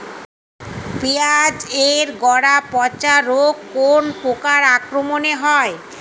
পিঁয়াজ এর গড়া পচা রোগ কোন পোকার আক্রমনে হয়?